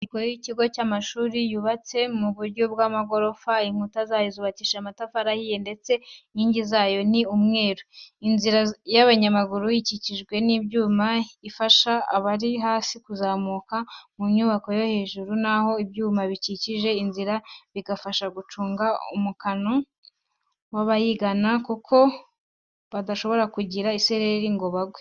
Inyubako y'ikigo cy'amashuri yubatse mu buryo bw'amagorofa, inkuta zayo zubakishije amatafari ahiye ndetse inkingi zayo ni umweru. Inzira y'abanyamaguru ikikijwe n'ibyuma ifasha abari hasi kuzamuka mu nyubako yo hejuru na ho ibyuma bikikije inzira bigafasha gucunga umukano w'abayigana kuko badashobora kugira isereri ngo bagwe.